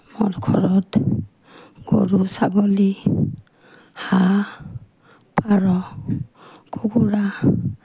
মোৰ ঘৰত গৰু ছাগলী হাঁহ পাৰ কুকুৰা